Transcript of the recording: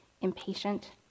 impatient